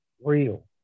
Real